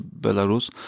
Belarus